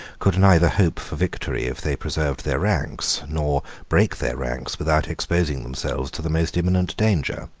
could neither hope for victory if they preserved their ranks, nor break their ranks without exposing themselves to the most imminent danger.